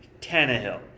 Tannehill